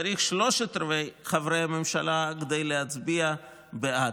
צריך שלושה-רבעים מחברי הממשלה כדי להצביע בעד.